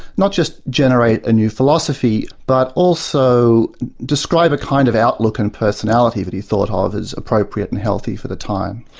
not just generate a new philosophy, but also describe a kind of outlook and personality that he thought ah of as appropriate and healthy for the time.